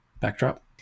Backdrop